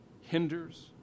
hinders